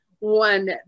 one